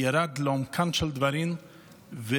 ירד לעומקם של דברים והצליח.